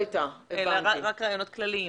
אלא רק רעיונות כלליים.